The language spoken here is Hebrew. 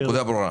הנקודה ברורה.